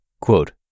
quote